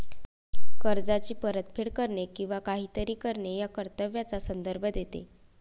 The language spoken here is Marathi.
कर्जाची परतफेड करणे किंवा काहीतरी करणे या कर्तव्याचा संदर्भ देते